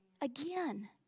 again